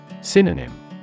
Synonym